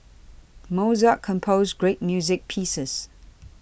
Mozart composed great music pieces